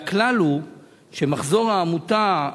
והכלל הוא שמחזור העמותה,